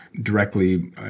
directly